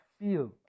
feel